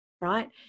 right